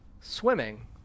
swimming